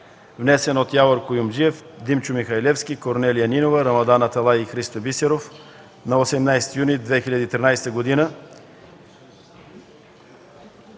внесен от Явор Куюмджиев, Димчо Михалевски, Корнелия Нинова, Рамадан Аталай и Христо Бисеров на 18 юни 2013 г.,